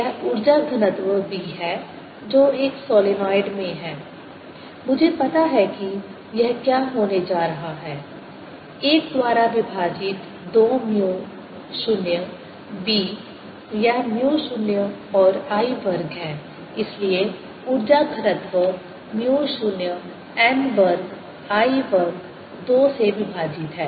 यह ऊर्जा घनत्व b है जो एक सोलनॉइड में है मुझे पता है कि यह क्या होने जा रहा है 1 द्वारा विभाजित 2 म्यू 0 b यह म्यू 0 और I वर्ग हैइसलिए ऊर्जा घनत्व म्यू 0 n वर्ग I वर्ग 2 से विभाजित है